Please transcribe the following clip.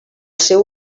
seu